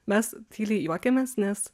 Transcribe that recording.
mes tyliai juokėmės nes